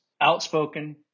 outspoken